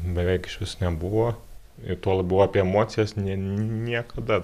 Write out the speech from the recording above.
beveik išvis nebuvo ir tuo labiau apie emocijas ne niekada